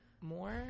More